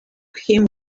him